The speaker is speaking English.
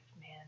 man